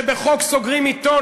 שבחוק סוגרים עיתון.